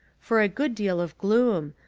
for a good deal of gloom,